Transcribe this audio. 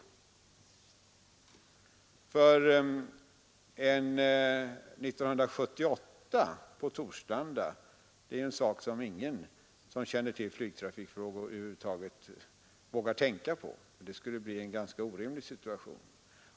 Ty att ha flygtrafiken på Torslanda 1978 är något som ingen med kännedom om flygtrafikfrågor över huvud taget vågar tänka på. Det skulle bli en orimlig situation.